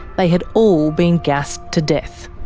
they had all been gassed to death.